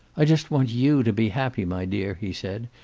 i just want you to be happy, my dear, he said.